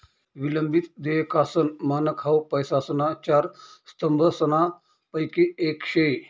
विलंबित देयकासनं मानक हाउ पैसासना चार स्तंभसनापैकी येक शे